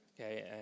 okay